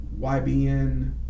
YBN